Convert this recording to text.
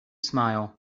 smile